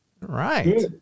Right